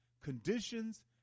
conditions